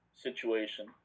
situation